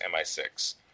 MI6